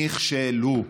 נכשלו.